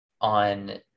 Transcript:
on